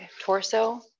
torso